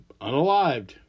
unalived